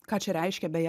ką čia reiškia beje